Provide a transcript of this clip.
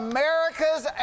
America's